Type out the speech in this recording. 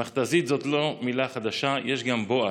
"מכת"זית" זאת לא מילה חדשה, יש גם "בואש".